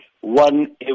one